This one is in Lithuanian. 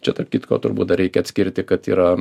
čia tarp kitko turbūt dar reikia atskirti kad yra